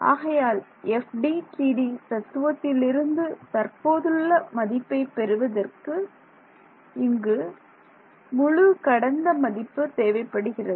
ஆகையால் FDTD தத்துவத்திலிருந்து தற்போதுள்ள மதிப்பை பெறுவதற்கு இங்கு முழு கடந்த மதிப்பு தேவைப்படுகிறது